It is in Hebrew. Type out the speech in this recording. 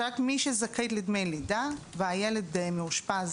שרק מי שזכאית לדמי לידה והילד מאושפז